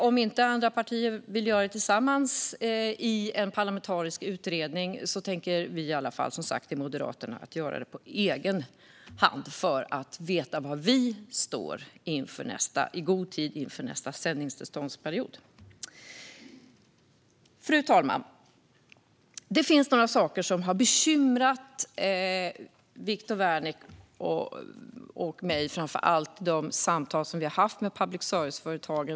Om inte andra partier vill göra det tillsammans med oss i en parlamentarisk utredning tänker vi moderater göra det på egen hand för att veta var vi står i god tid före nästa sändningstillståndsperiod. Fru talman! Det finns några saker som har bekymrat Viktor Wärnick och mig i de samtal som vi haft med public service-företagen.